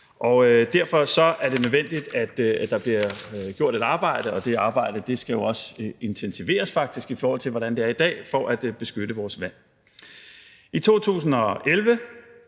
derfor er det nødvendigt, at der bliver gjort et arbejde, og det arbejde skal jo faktisk også intensiveres, i forhold til hvordan det er i dag, for at beskytte vores vand. I 2011